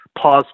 Pause